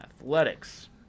Athletics